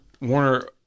Warner